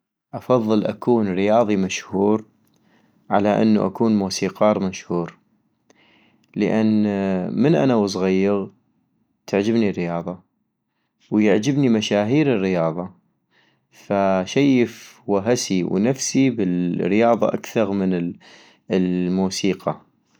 افضل تكون رياضي مشهور على انو اكون موسيقار مشهور - لان من انا وصغيغ تعجبني الرياضة ، ويعجبني مشاهير الرياضة ،فشيف وهسي ونفسي بالرياضة اكثغ من ال الموسيقى